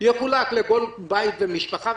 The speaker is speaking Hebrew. יחולק לכל בית ומשפחה,